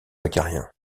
acariens